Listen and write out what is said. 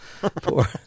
Poor